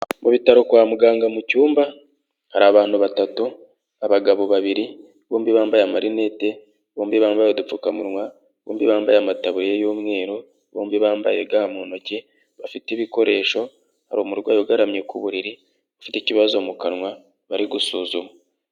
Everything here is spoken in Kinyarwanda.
Mu bitaro kwa muganga mu cyumba, hari abantu batatu, abagabo babiri, bombi bambaye amarinete, bombi bambaye udupfukamunwa, bombi bambaye amataburiye y'umweru, bombi bambaye ga mu ntoki, bafite ibikoresho, hari umurwayi ugaramye ku buriri, ufite ikibazo mu kanwa bari gusuzuma.